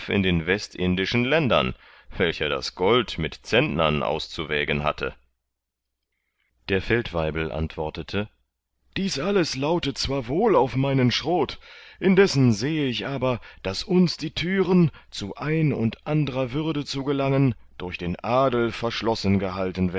in den westindischen ländern welcher das gold mit zentnern auszuwägen hatte der feldwaibel antwortete dies alles lautet zwar wohl auf meinen schrot indessen sehe ich aber daß uns die türen zu ein und andrer würde zu gelangen durch den adel verschlossen gehalten